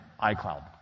iCloud